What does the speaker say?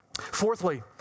Fourthly